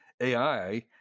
AI